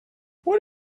what